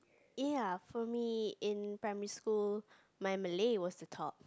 ya for me in primary school my Malay was the top